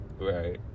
Right